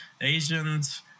Asians